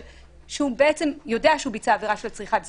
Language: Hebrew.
שהוא יודע שהוא ביצע עבירה של צריכת זנות.